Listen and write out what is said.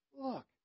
Look